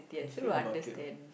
is still in the market what